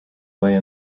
way